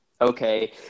okay